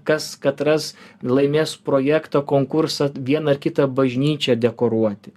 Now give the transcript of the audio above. kas katras laimės projektą konkursą vieną ar kitą bažnyčią dekoruoti